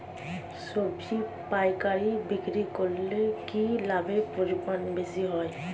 সবজি পাইকারি বিক্রি করলে কি লাভের পরিমাণ বেশি হয়?